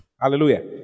hallelujah